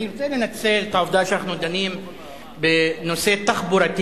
אני רוצה לנצל את העובדה שאנחנו דנים בנושא תחבורתי.